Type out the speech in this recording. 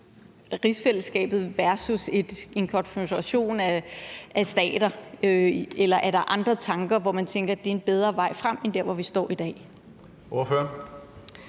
rigsfællesskabet versus en konfederation af stater? Eller er der andre tanker, hvor man tænker, at det er en bedre vej frem end der, hvor vi står i dag?